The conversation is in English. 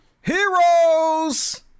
heroes